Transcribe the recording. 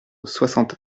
soixante